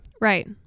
Right